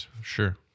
Sure